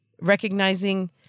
recognizing